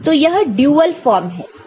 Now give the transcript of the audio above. तो यह dual form है